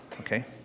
okay